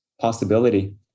possibility